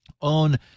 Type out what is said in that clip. own